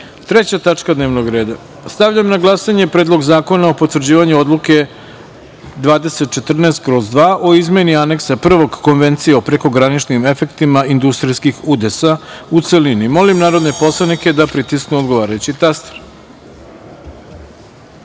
tačka dnevnog reda. Stavljam na glasanje Predlog zakona o potvrđivanju Odluke 2014/2 o izmeni Aneksa I Konvencije o prekograničnim efektima industrijskih udesa, u celini. Molim narodne poslanike da pritisnu odgovarajući